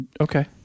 Okay